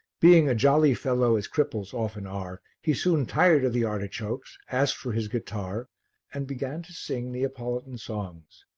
being a jolly fellow, as cripples often are, he soon tired of the artichokes, asked for his guitar and began to sing neapolitan songs.